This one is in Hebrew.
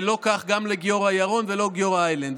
ולא כך גם על גיורא ירון ולא על גיורא איילנד.